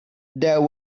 there